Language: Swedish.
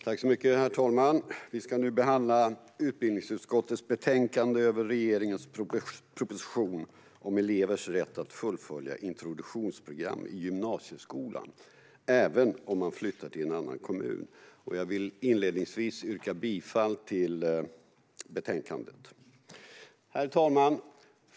Herr talman! Vi ska nu behandla utbildningsutskottets betänkande som gäller regeringens proposition om elevers rätt att fullfölja ett introduktionsprogram i gymnasieskolan även om de flyttar till en annan kommun. Jag vill inledningsvis yrka bifall till förslaget i betänkandet. Herr talman!